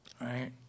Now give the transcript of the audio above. right